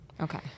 Okay